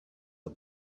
the